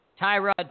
Tyrod